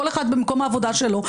כל אחד במקום העבודה שלו,